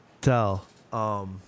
tell